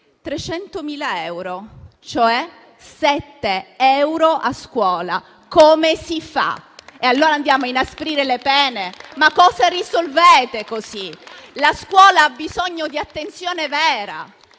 300.000 euro, cioè 7 euro a scuola. Come si fa? Andate a inasprire le pene, ma cosa risolvete? La scuola ha bisogno di attenzione vera.